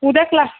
उद्या क्लास